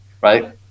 right